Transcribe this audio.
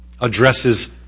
addresses